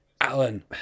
Alan